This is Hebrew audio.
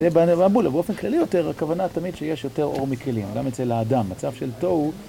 זה בעבודה, באופן כללי יותר, הכוונה תמיד שיש יותר אור מכלים, אדם יוצא לאדם, מצב של תוהו...